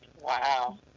Wow